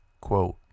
Quote